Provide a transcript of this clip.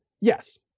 Yes